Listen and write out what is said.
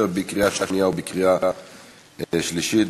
לקריאה שנייה ולקריאה שלישית.